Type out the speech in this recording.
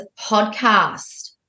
Podcast